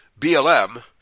BLM